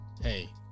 hey